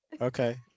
Okay